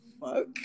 fuck